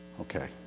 Okay